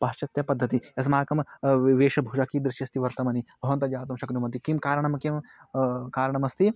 पाश्चात्यपद्धतिः अस्माकं वे वेशभूषा कीदृशी अस्ति वर्तमनि भवन्तः ज्ञातुं शक्नुवन्ति किं कारणं किं कारणमस्ति